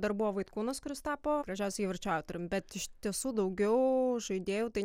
dar buvo vaitkūnas kuris tapo gražiausio įvarčio autorium bet iš tiesų daugiau žaidėjų tai